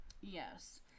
Yes